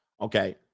okay